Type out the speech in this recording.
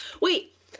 wait